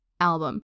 album